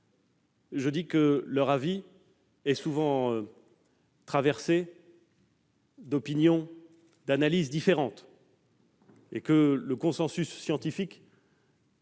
questions. Leurs avis sont souvent traversés d'opinions, d'analyses différentes, et le consensus scientifique n'est